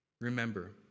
remember